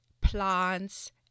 plants